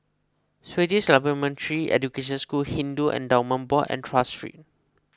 Swedish Supplementary Education School Hindu Endowments Board and Tras Street